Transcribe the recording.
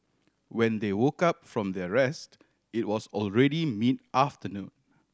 when they woke up from their rest it was already mid afternoon